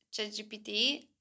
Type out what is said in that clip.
ChatGPT